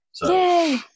Yay